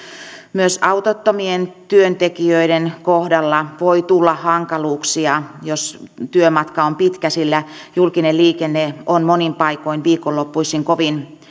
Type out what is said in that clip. myös autottomien työntekijöiden kohdalla voi tulla hankaluuksia jos työmatka on pitkä sillä julkinen liikenne on monin paikoin viikonloppuisin kovin